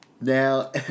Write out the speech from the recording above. Now